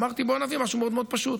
אמרתי: בוא נביא משהו מאוד מאוד פשוט,